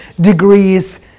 degrees